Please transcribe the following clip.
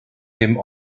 dem